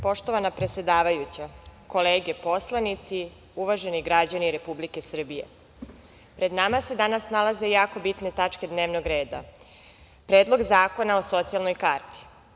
Poštovana predsedavajuća, kolege poslanici, uvaženi građani Republike Srbije, pred nama se danas nalaze jako bitne tačke dnevnog reda – Predlog zakona o socijalnoj karti.